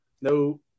No